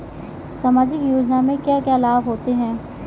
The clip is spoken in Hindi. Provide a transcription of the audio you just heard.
सामाजिक योजना से क्या क्या लाभ होते हैं?